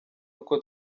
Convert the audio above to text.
uko